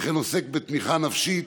וכן עוסק בתמיכה נפשית,